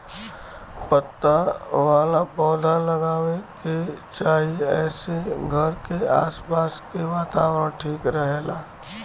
पत्ता वाला पौधा लगावे के चाही एसे घर के आस पास के वातावरण ठीक रहेला